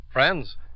friends